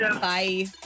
Bye